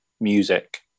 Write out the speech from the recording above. music